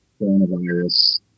coronavirus